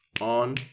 on